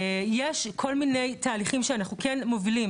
יש כל מיני תהליכים שאנחנו כן מובילים